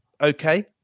okay